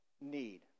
need